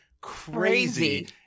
Crazy